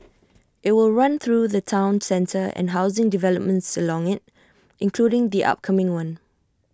IT will run through the Town centre and housing developments along IT including the upcoming one